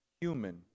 human